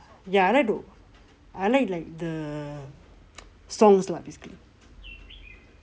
ya I like the I like like the songs lah basically